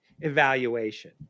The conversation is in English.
evaluation